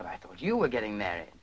but i thought you were getting married